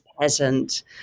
peasant